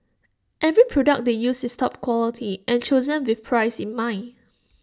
every product they use is top quality and chosen with price in mind